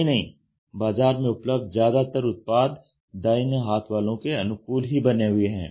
यही नहीं बाजार में उपलब्ध ज्यादातर उत्पाद दाहिने हाथ वालों के अनुकूल ही बने हुए हैं